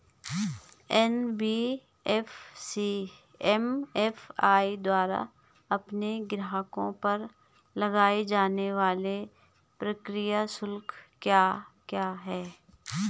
NBFC MFI द्वारा अपने ग्राहकों पर लगाए जाने वाले प्रक्रिया शुल्क क्या क्या हैं?